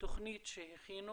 התוכנית שהכינו.